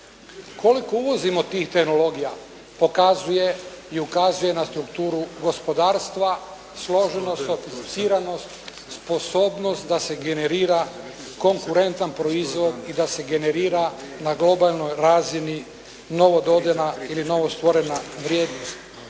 Koliko uvozimo tih tehnologija pokazuje i ukazuje na strukturu gospodarstva, složenu sofisticiranost, sposobnost da se generira konkurentan proizvod i da se generira na globalnoj razini novo dodana ili novostvorena vrijednost.